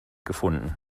gefunden